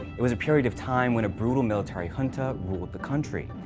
it was a period of time when a brutal military junta ruled the country.